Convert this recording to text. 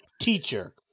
teacher